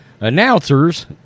announcers